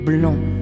Blond